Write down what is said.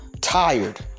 tired